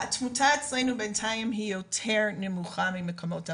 התמותה אצלנו בינתיים יותר נמוכה ממקומות אחרים,